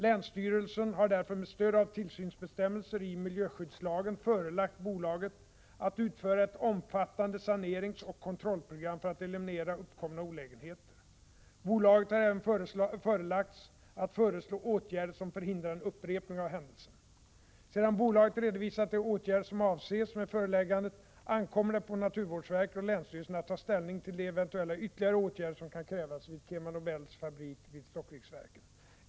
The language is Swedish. Länsstyrelsen har därför med stöd av tillsynsbestämmelserna i miljöskyddslagen förelagt bolaget att utföra ett omfattande saneringsoch kontrollprogram för att eliminera uppkomna olägenheter. Bolaget har även förelagts att föreslå åtgärder som förhindrar en upprepning av händelsen. Sedan bolaget redovisat de åtgärder som avses med föreläggandet ankommer det på naturvårdsverket och länsstyrelsen att ta ställning till de eventuella ytterligare åtgärder som kan krävas vid Kema Nobels fabrik i Stockvik.